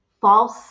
false